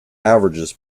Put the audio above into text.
averages